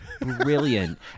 Brilliant